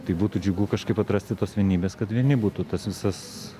tai būtų džiugu kažkaip atrasti tos vienybės kad vieni būtų tas visas